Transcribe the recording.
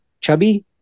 chubby